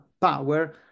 power